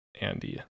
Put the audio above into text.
Andy